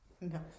No